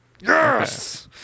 Yes